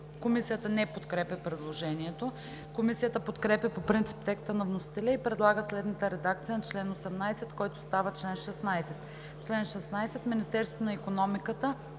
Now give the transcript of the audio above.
Комисията не подкрепя предложението. Комисията подкрепя по принцип текста на вносителя и предлага следната редакция на чл. 18, който става чл. 16: „Чл. 16. Министерството на икономиката